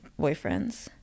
boyfriends